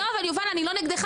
לא יובל אני לא נגדך,